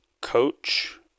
coach